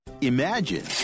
Imagine